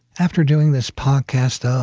after doing this podcast, though, ah